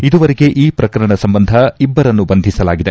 ಇದುವರೆಗೆ ಈ ಪ್ರಕರಣ ಸಂಬಂಧ ಇಬ್ಬರನ್ನು ಬಂಧಿಸಲಾಗಿದೆ